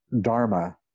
dharma